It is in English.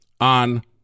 on